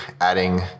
adding